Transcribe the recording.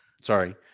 Sorry